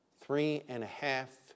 three-and-a-half